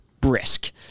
brisk